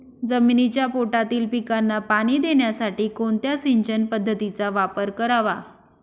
जमिनीच्या पोटातील पिकांना पाणी देण्यासाठी कोणत्या सिंचन पद्धतीचा वापर करावा?